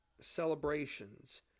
celebrations